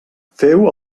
feu